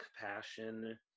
passion